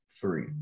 Three